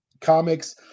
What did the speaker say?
comics